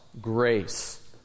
Grace